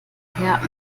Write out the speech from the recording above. herr